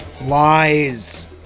Lies